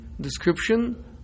description